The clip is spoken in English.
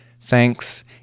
thanks